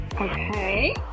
Okay